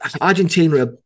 Argentina